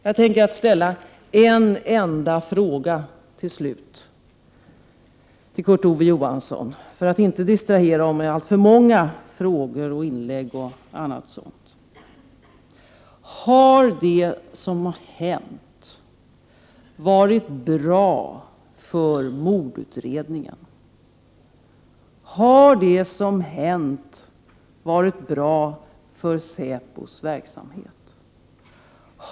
Jag tänker till slut bara ställa en sammanfattande fråga till Kurt Ove Johansson, för att inte distrahera honom med alltför många frågor och inlägg: Har det som hänt varit bra för mordutredningen? Har det som hänt varit bra för säpos verksamhet?